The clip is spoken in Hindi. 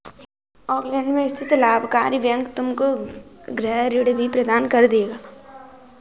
ऑकलैंड में स्थित लाभकारी बैंक तुमको गृह ऋण भी प्रदान कर देगा